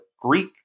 Greek